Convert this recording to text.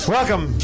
Welcome